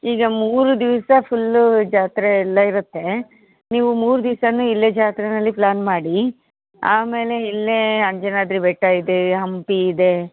ಈಗ ಮೂರು ದಿವಸ ಫುಲ್ಲು ಜಾತ್ರೆಯೆಲ್ಲ ಇರುತ್ತೆ ನೀವು ಮೂರು ದಿವ್ಸವೂ ಇಲ್ಲೇ ಜಾತ್ರೆಯಲ್ಲಿ ಪ್ಲ್ಯಾನ್ ಮಾಡಿ ಆಮೇಲೆ ಇಲ್ಲೇ ಅಂಜನಾದ್ರಿ ಬೆಟ್ಟ ಇದೆ ಹಂಪಿ ಇದೆ